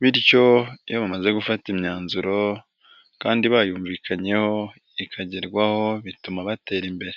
bityo iyo bamaze gufata imyanzuro kandi bayumvikanyeho, ikagerwaho, bituma batera imbere.